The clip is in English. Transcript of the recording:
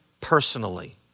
personally